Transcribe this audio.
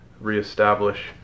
reestablish